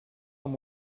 amb